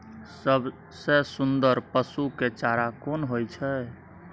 सबसे सुन्दर पसु के चारा कोन होय छै?